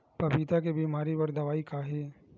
पपीता के बीमारी बर दवाई का हे?